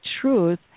truth